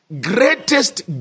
greatest